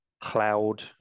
cloud